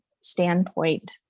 standpoint